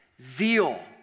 zeal